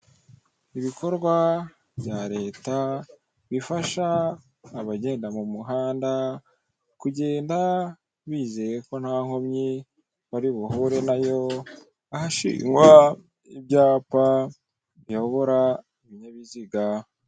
Ibikorwa bya leta bifasha abagenda mu muhanda kugenda bizeye ko ntankomyi bari buhure nayo ahashingwa ibyapa biyobora ibinyabiziga.